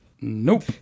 nope